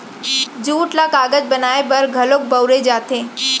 jute ल कागज बनाए बर घलौक बउरे जाथे